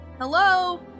Hello